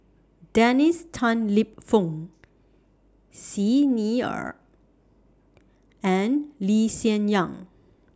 Dennis Tan Lip Fong Xi Ni Er and Lee Hsien Yang